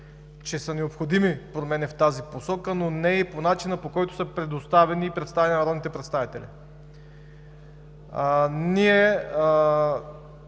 че са необходими промени в тази посока, но не и по начина, по който са предоставени и представени на народните представители. Ние